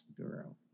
Girl